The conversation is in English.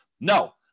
no